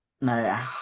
No